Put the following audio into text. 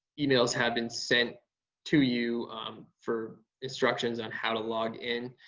emails have been sent to you for instructions on how to log in.